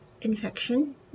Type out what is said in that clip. infection